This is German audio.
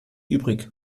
übrig